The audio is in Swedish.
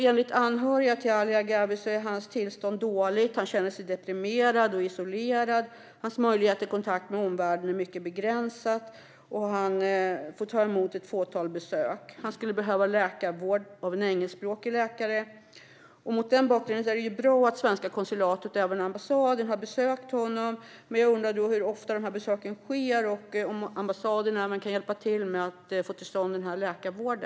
Enligt anhöriga är Ali Gharavis tillstånd dåligt. Han känner sig deprimerad och isolerad. Hans möjligheter till kontakt med omvärlden är mycket begränsade, och han får endast ta emot ett fåtal besök. Han skulle även behöva läkarvård av en engelskspråkig läkare. Mot den bakgrunden är det bra att det svenska konsulatet och den svenska ambassaden har besökt honom, men hur ofta sker dessa besök? Jag undrar också om ambassaden skulle kunna hjälpa till med att få till stånd läkarvård.